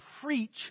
preach